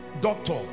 doctor